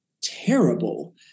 terrible